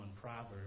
Proverbs